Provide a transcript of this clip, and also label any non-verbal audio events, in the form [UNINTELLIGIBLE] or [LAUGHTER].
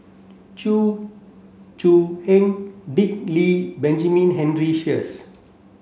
Chew Choo [UNINTELLIGIBLE] Dick Lee Benjamin Henry Sheares